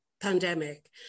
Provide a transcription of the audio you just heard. pandemic